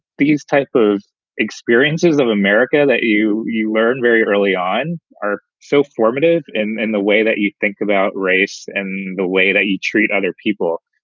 these type of experiences of america that you you learned very early on are so formative and the way that you think about race and the way that you treat other people.